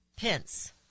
Pence